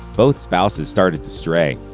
both spouses started to stray.